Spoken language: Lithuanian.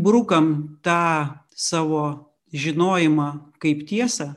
brukam tą savo žinojimą kaip tiesą